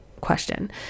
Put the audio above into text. Question